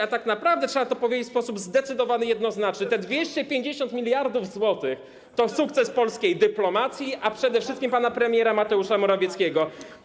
A tak naprawdę trzeba to powiedzieć w sposób zdecydowany i jednoznaczny: te 250 mld zł to sukces polskiej dyplomacji, a przede wszystkim pana premiera Mateusza Morawieckiego.